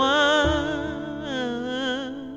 one